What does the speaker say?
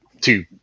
two